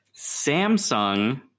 Samsung